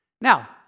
Now